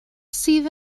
sydd